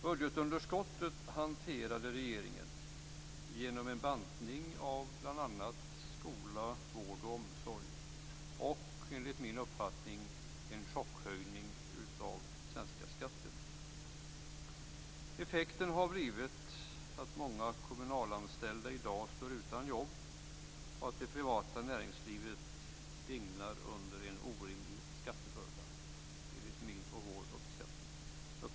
Budgetunderskottet hanterade regeringen genom en bantning av bl.a. skola, vård och omsorg samt, enligt min uppfattning, genom en chockhöjning av svenska skatter. Effekten är att många kommunalanställda i dag står utan jobb och att det privata näringslivet dignar under en orimlig skattebörda enligt min och vår uppfattning.